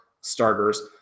starters